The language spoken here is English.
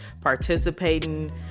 participating